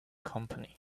company